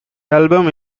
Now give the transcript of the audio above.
album